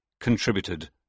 contributed